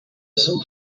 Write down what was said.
some